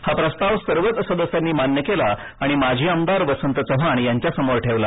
हा प्रस्ताव सर्वच सदस्यांनी मान्य केला आणि माजी आमदार वसंत चव्हाण यांच्या समोर ठेवला